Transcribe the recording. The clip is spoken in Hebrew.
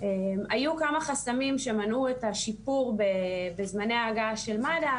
היו כמה חסמים שמנעו את השיפור בזמני ההגעה של מד"א,